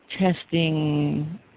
testing